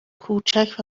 کوچک